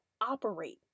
operate